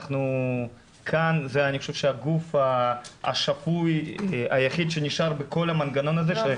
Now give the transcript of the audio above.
אנחנו כאן הגוף השפוי היחיד שנשאר בכל המנגנון הזה -- לא,